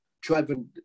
driving